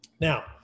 Now